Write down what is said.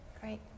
Great